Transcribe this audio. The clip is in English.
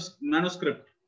manuscript